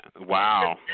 Wow